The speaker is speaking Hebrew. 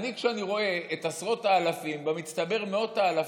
כשאני רואה את עשרות האלפים, במצטבר מאות אלפים,